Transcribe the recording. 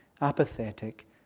apathetic